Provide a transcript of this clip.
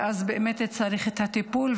ואז באמת צריך את הטיפול,